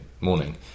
morning